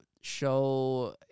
show